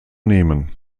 nehmen